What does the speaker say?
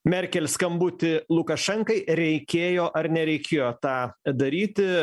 merkel skambutį lukašenkai reikėjo ar nereikėjo tą daryti